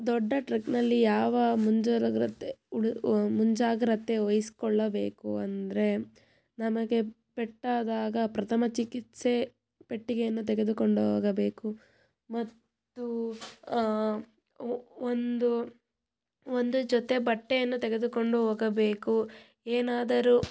ದೊಡ್ಡ ಟ್ರಕ್ನಲ್ಲಿ ಯಾವ ಮುಂಜಾಗ್ರತೆ ಮುಂಜಾಗ್ರತೆ ವಹಿಸಿಕೊಳ್ಳಬೇಕು ಅಂದರೆ ನಮಗೆ ಪೆಟ್ಟಾದಾಗ ಪ್ರಥಮ ಚಿಕಿತ್ಸೆ ಪೆಟ್ಟಿಗೆಯನ್ನು ತೆಗೆದುಕೊಂಡು ಹೋಗಬೇಕು ಮತ್ತು ವ ಒಂದು ಒಂದು ಜೊತೆ ಬಟ್ಟೆಯನ್ನು ತೆಗೆದುಕೊಂಡು ಹೋಗಬೇಕು ಏನಾದರೂ